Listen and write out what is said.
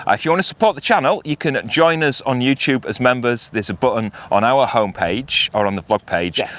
if you want to support the channel you can join us on youtube as members, there's a button on our homepage or on the vlog page,